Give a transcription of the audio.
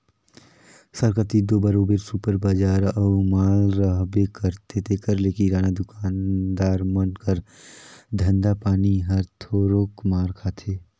सहर कती दो बरोबेर सुपर बजार अउ माल रहबे करथे तेकर ले किराना दुकानदार मन कर धंधा पानी हर थोरोक मार खाथे